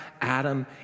Adam